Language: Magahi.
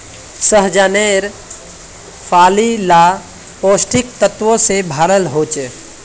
सह्जानेर फली ला पौष्टिक तत्वों से भराल होचे